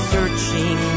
Searching